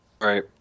Right